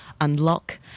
unlock